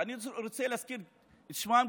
ואני רוצה להזכיר את שמן,